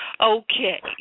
Okay